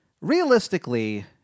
realistically